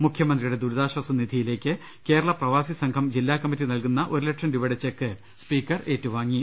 മുഖ്യമന്ത്രിയുടെ ദുരിതാശ്വാസ് നിധിയിലേക്ക് കേരള പ്രവാസിസംഘം ജില്ലാ കമ്മിറ്റി നൽകുന്ന ഒരുലക്ഷം രൂപയുടെ ചെക്കും സ്പീക്കർ ഏറ്റുവാങ്ങി